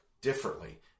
differently